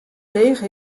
leech